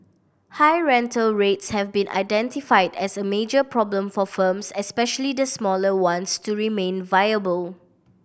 high rental rates have been identified as a major problem for firms especially the smaller ones to remain viable